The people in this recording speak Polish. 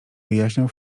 wyjaśniał